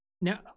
now